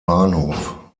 bahnhof